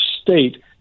state